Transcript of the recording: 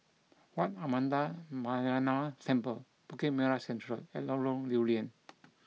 Wat Ananda Metyarama Temple Bukit Merah Central and Lorong Lew Lian